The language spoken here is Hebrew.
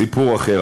סיפור אחר.